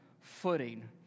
footing